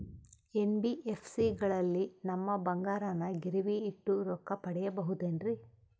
NBFC ಗಳಲ್ಲಿ ನಮ್ಮ ಬಂಗಾರನ ಗಿರಿವಿ ಇಟ್ಟು ರೊಕ್ಕ ಪಡೆಯಬಹುದೇನ್ರಿ?